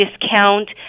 discount